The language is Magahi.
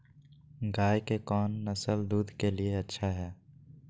गाय के कौन नसल दूध के लिए अच्छा है?